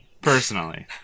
personally